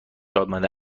آمده